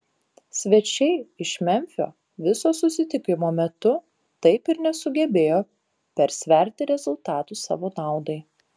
svečiai iš memfio viso susitikimo metu taip ir nesugebėjo persverti rezultato savo naudai